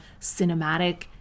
cinematic